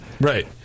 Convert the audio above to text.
Right